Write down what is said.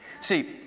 see